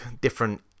different